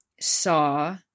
saw